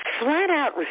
flat-out